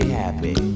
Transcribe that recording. happy